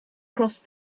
crossed